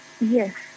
Yes